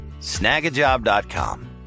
Snagajob.com